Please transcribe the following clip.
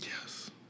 Yes